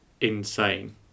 insane